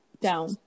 down